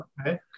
okay